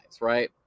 right